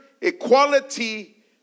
equality